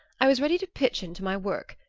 i was ready to pitch into my work.